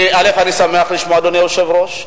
אני שמח לשמוע, אדוני היושב-ראש.